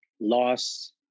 loss